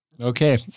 Okay